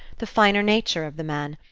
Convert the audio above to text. the finer nature of the man,